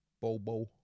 Bobo